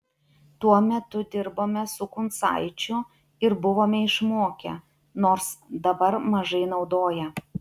tuo metu dirbome su kuncaičiu ir buvome išmokę nors dabar mažai naudoja